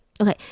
okay